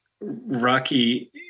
rocky